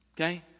okay